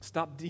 Stop